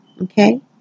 Okay